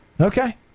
Okay